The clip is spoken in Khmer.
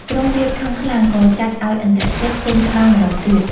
ក្រុងរាពណ៍ខឹងខ្លាំងក៏ចាត់ឱ្យឥន្ទ្រជិត ចេញច្បាំងម្តងទៀត។